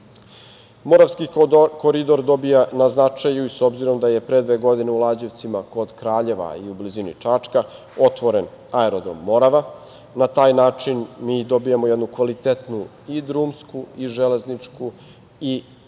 koridor dobija na značaju s obzirom da je pre dve godine u Lađevcima kod Kraljeva i u blizini Čačka otvoren aerodrom „Morava“. Na taj način mi dobijamo jednu kvalitetnu i drumsku i železničku i